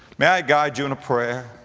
may i guide you in a prayer?